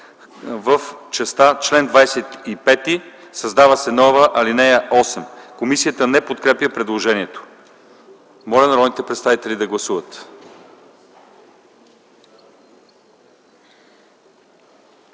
и се създава нова ал. 2. Комисията не подкрепя предложението. Моля народните представители да гласуват.